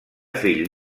fill